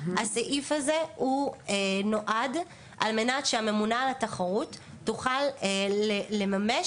הסעיף הזה נועד על מנת שהממונה על התחרות תוכל לממש,